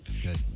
Good